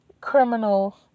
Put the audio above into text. criminal